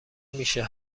میشه